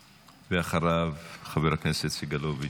אחריו, חבר הכנסת סגלוביץ'.